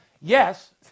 yes